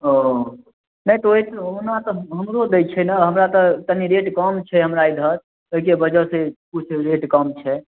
ओ नहि तऽ ओहिठाम ओना तऽ हमरो दै छै ने हमरा तऽ कनि रेट कम छै हमरा इधर ओहिके वजहसँ किछु रेट कम छै